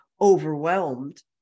overwhelmed